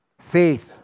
Faith